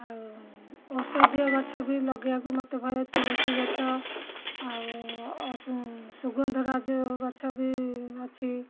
ଆଉ ଔଷଧୀୟ ଗଛ ବି ଲଗେଇବାକୁ ମୋତେ ତୁଳସୀ ଗଛ ଆଉ ସୁଗନ୍ଧରାଜ ଗଛ ବି ଅଛି